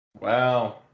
wow